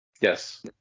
Yes